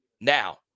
now